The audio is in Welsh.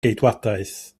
geidwadaeth